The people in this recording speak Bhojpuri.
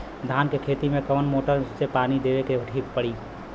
धान के खेती मे कवन मोटर से पानी देवे मे ठीक पड़ी?